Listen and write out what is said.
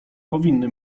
powinny